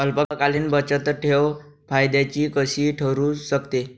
अल्पकालीन बचतठेव फायद्याची कशी ठरु शकते?